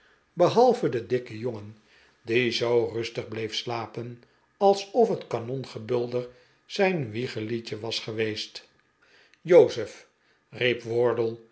behalve de dikke jongen die zoo rustig bleef slapen alsof het kanongebulder zijn wiegeliedje was geweest jozef